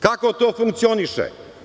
Kako to funkcioniše?